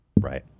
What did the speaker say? Right